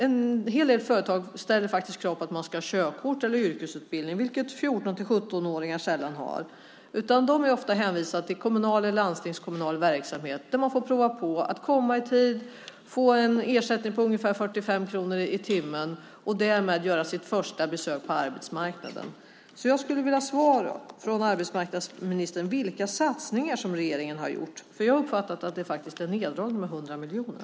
En hel del företag ställer faktiskt krav på körkort eller yrkesutbildning, något som 14-17-åringar sällan har. De är i stället ofta hänvisade till kommunal eller landstingskommunal verksamhet där de får prova på att komma i tid och där de får en ersättning på ungefär 45 kronor i timmen och därmed gör sitt första besök på arbetsmarknaden. Jag skulle vilja ha ett svar från arbetsmarknadsministern på frågan om vilka satsningar regeringen har gjort, för jag uppfattar att det faktiskt är en neddragning med 100 miljoner.